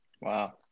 Wow